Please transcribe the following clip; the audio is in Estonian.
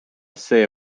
see